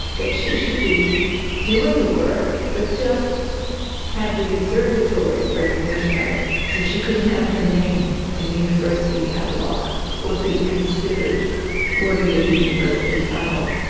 that she should be doing the work but just have the observatory's recognition of it. so she couldn't have her name in the university catalogue or be considered worthy of the university title.